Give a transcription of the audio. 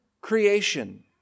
creation